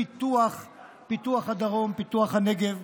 פיתוח הדרום, פיתוח הנגב,